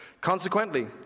Consequently